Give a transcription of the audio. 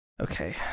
Okay